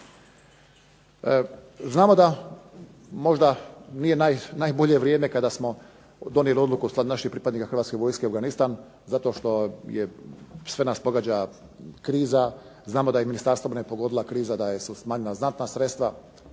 Znamo da možda nije najbolje vrijeme kada smo donijeli odluku o slanju naših pripadnika Hrvatske vojske u Afganistan, zato što sve nas pogađa kriza, znamo da je Ministarstvo obrane pogodila kriza da su smanjena znatna sredstva,